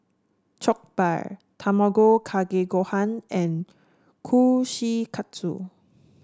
Jokbal Tamago Kake Gohan and Kushikatsu